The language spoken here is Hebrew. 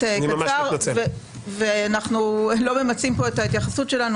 קצר, ואנחנו לא ממצים פה את ההתייחסות שלנו.